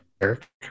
Eric